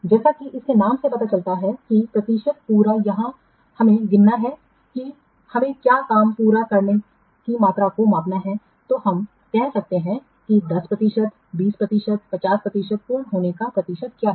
जैसा कि इसके नाम से पता चलता है कि प्रतिशत पूरा यहाँ हमें गिनना है कि हमें काम पूरा करने की मात्रा को मापना है तो हम कह सकते हैं कि 10 प्रतिशत 20 प्रतिशत 50 प्रतिशत पूर्ण होने का प्रतिशत क्या है